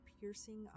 piercing